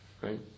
right